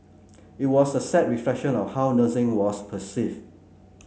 it was a sad reflection of how nursing was perceived